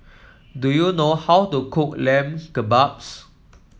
do you know how to cook Lamb Kebabs